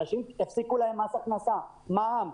הפסיקו להם מס הכנסה ומע"מ,